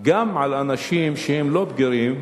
גם על אנשים שהם לא בגירים